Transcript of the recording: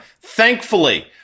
Thankfully